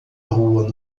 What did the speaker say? rua